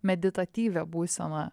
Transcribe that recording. meditatyvę būseną